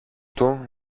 του